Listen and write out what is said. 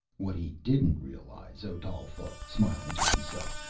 what he didn't realize, odal thought, smiling to himself,